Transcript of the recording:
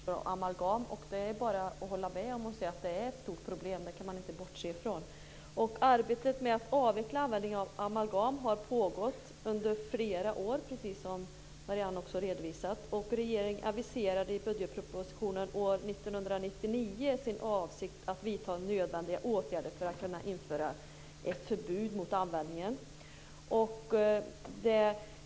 Fru talman! Marianne Andersson tar upp problemet med kvicksilver och amalgam. Det är bara att hålla med och säga att det är ett stort problem. Det kan man inte bortse från. Arbetet med att avveckla användningen av amalgam har pågått under flera år, precis som Marianne också redovisade. Regeringen aviserade i budgetpropositionen år 1999 sin avsikt att vidta nödvändiga åtgärder för att kunna införa ett förbud mot användningen.